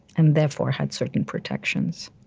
and therefore had certain protections